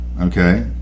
okay